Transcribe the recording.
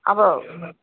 अब